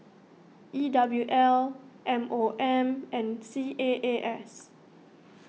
E W L M O M and C A A S